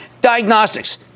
Diagnostics